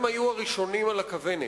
הם היו הראשונים על הכוונת,